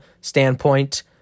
standpoint